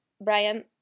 Brian